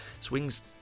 swings